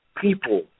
people